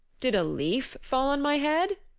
did a leaf fall on my head?